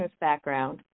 background